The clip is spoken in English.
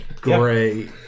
great